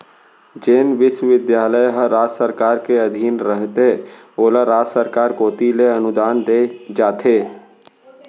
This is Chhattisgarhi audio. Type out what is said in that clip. जेन बिस्वबिद्यालय ह राज सरकार के अधीन रहिथे ओला राज सरकार कोती ले अनुदान देय जाथे